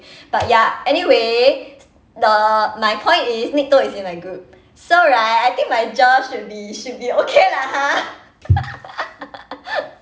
but ya anyway the my point is nick toh is in my group so right I think my GER should be should be okay lah